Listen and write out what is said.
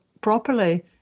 properly